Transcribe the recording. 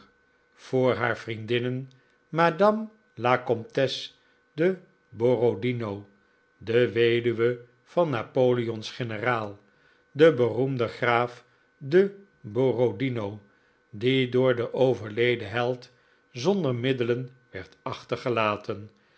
voor haar vriendin madame la comtesse de borodino de weduwe van napoleon's generaal den beroemden graaf de borodino die door den overleden held zonder middelen werd achtergelaten